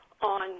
on